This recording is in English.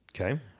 Okay